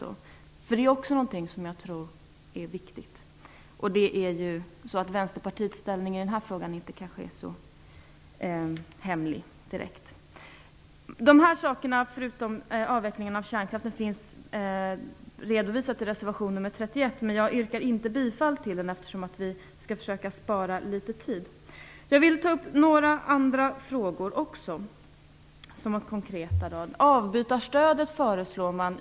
Detta är någonting viktigt. Vänsterpartiets inställning i denna fråga är inte direkt hemlig. De punkter jag har tagit upp finns redovisade i reservation 31, förutom avvecklingen av kärnkraften. Jag yrkar dock inte bifall till reservationen, eftersom vi skall försöka spara tid. Jag vill ta upp några andra konkreta frågor.